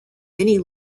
many